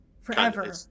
Forever